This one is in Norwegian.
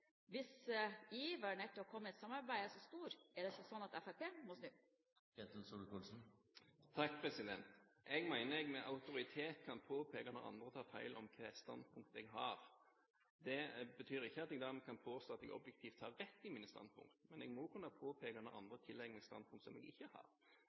hvis iveren etter å komme i et samarbeid er så stor? Er det sånn at Fremskrittspartiet må snu? Jeg mener jeg med autoritet kan påpeke når andre tar feil om hvilket standpunkt jeg har. Det betyr ikke at jeg dermed kan påstå at jeg objektivt sett har rett i mine standpunkter. Men jeg må kunne påpeke når andre tillegger meg standpunkter jeg ikke har.